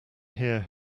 here